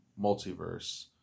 multiverse